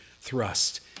thrust